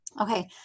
Okay